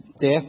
death